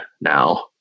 now